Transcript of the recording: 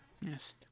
Yes